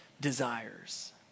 desires